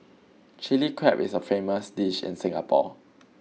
Chilli Crab is a famous dish in Singapore